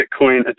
Bitcoin